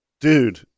dude